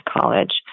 college